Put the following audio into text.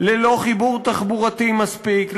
ללא חיבור תחבורתי מספיק,